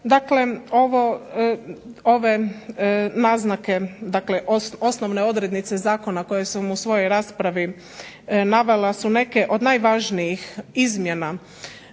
Dakle, ove naznake osnovne odrednice zakona koje sam u svojoj raspravi navela su neke od najvažnijih izmjena